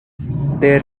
their